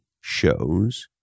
shows